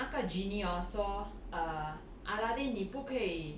那个 genie orh 说 err aladdin 你不可以